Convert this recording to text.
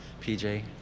PJ